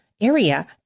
area